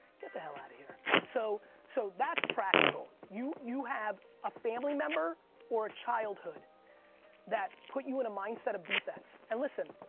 get the hell out of here. so so that's practical, you you have a family member or a childhood that put you in a mindset of defense, and listen,